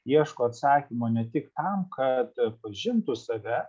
ieško atsakymo ne tik tam kad pažintų save